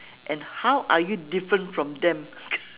and how are you different from them